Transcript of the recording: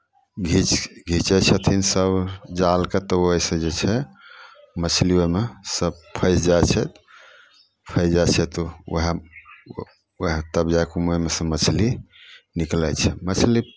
घींच घिचै छथिन सभ जालकेँ तऽ ओहिसँ जे छै मछली ओहिमे सभ फँसि जाइ छै फँसि जाइ छै तऽ उएह उएह तब जा कऽ ओहिमे सँ मछली निकलै छै मछली